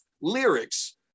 lyrics